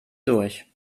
durch